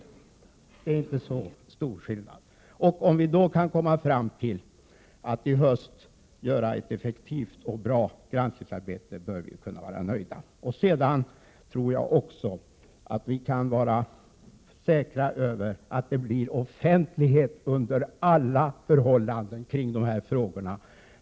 Det är inte så stor skillnad. Om vi då kan komma fram till att i höst göra ett effektivt och bra granskningsarbete, bör vi kunna vara nöjda. Sedan tror jag också vi kan vara säkra på att det under alla förhållanden blir offentlighet kring de här frågorna.